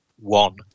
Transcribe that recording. one